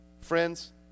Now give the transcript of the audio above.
Friends